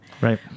Right